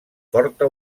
forta